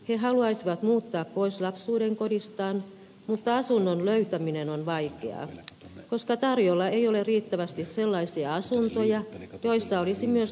he haluaisivat muuttaa pois lapsuudenkodistaan mutta asunnon löytäminen on vaikeaa koska tarjolla ei ole riittävästi sellaisia asuntoja joissa olisi myös tarvittavat tukipalvelut